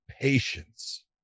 patience